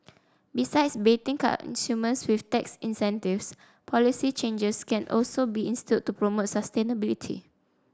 besides baiting consumers with tax incentives policy changes can also be instilled to promote sustainability